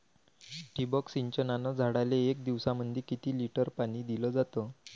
ठिबक सिंचनानं झाडाले एक दिवसामंदी किती लिटर पाणी दिलं जातं?